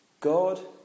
God